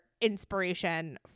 inspiration